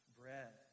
bread